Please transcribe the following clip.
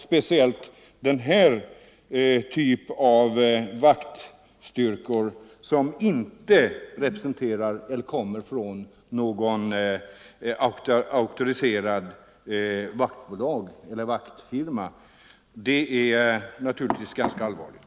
Speciellt anlitandet av denna typ av vaktstyrkor, som inte kommer från något auktoriserat vaktbolag, är naturligtvis någonting mycket allvarligt.